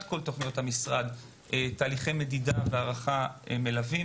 כל תוכניות המשרד תהליכי מדידה והערכה מלווים,